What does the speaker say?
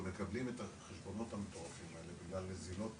הם מקבלים את החשבונות המטורפים האלה בגלל נזילות משמעותיות,